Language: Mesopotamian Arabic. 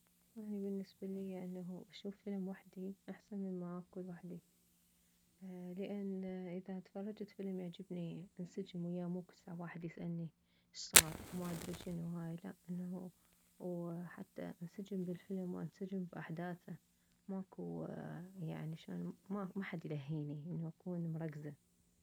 اني بالنسبة اليه اشوف فلم وحدي احسن مما اكل وحدي لان اذا تفرجت يعجبني انسجم وياه مو كلسع واحد يسالني شصار وما ادري شنو وهاي لا انه وحتى انسجم بالفلم وانسجم باحداثه ماكو يعني شلون محد يلهيني انه اكون مركزة